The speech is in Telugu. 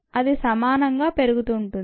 అది సమానంగా పెరుగుతుంటుంది